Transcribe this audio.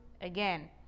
again